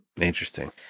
Interesting